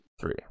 three